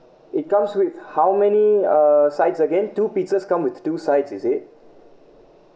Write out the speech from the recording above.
it comes with how many uh sides again two pizzas come with two sides is it